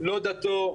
לא דתו,